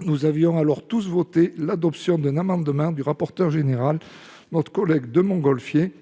Nous avions alors tous voté un amendement du rapporteur général, notre collègue Albéric de Montgolfier,